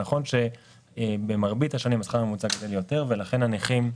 זה נכון שבמרבית השנים השכר הממוצע עלה יותר ולכן הנכים,